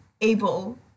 able